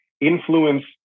influence